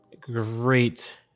great